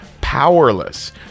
powerless